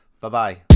Bye-bye